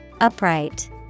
Upright